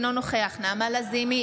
אינו נוכח נעמה לזימי,